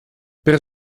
per